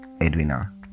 Edwina